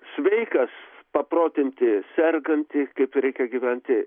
sveikas paprotinti sergantį kaip reikia gyventi